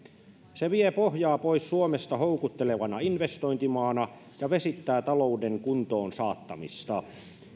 se vie pohjaa pois suomesta houkuttelevana investointimaana ja vesittää talouden kuntoonsaattamista